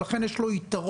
ולכן יש לו יתרון.